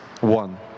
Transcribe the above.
one